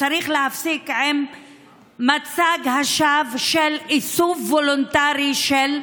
וצריך להפסיק עם מצג השווא של איסוף וולונטרי של נשק.